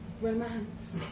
romance